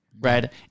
right